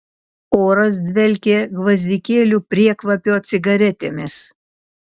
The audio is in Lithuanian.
oras dvelkė gvazdikėlių priekvapio cigaretėmis